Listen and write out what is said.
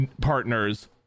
partners